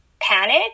panic